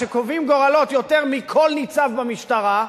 שקובעים גורלות יותר מכל ניצב במשטרה,